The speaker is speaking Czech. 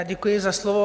Děkuji za slovo.